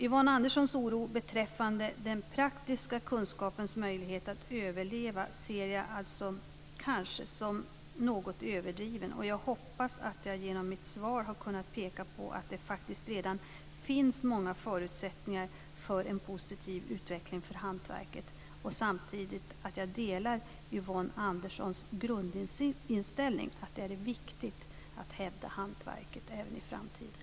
Yvonne Anderssons oro beträffande den praktiska kunskapens möjlighet att överleva ser jag kanske som något överdriven. Jag hoppas att jag genom mitt svar har kunnat peka på att det faktiskt redan finns många förutsättningar för en positiv utveckling för hantverket. Jag delar samtidigt Yvonne Anderssons grundinställning att det är viktigt att hävda hantverket även i framtiden.